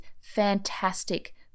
fantastic